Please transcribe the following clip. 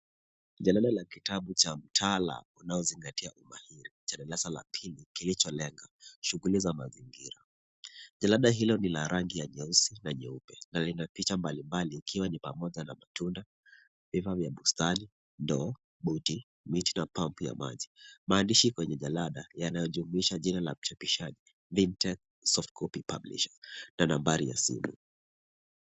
Jalada la kitabu cha mtala unaozingatia ubahiri cha darasa la pili kilicholenga shughuli za mazingira. Jalada hilo lina rangi ya nyeusi na nyeupe na lina picha mbalimbali ikiwa na picha ya matunda, vifaa vya bustani, ndoo, buti, miti na pampu ya maji. Maandishi kwenye jalada yanayojumuisha jina la mchapishaji Binte Softcopy Publishers na nambari ya simu.